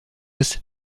ist